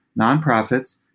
nonprofits